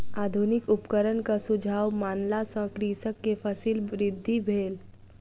आधुनिक उपकरणक सुझाव मानला सॅ कृषक के फसील वृद्धि भेल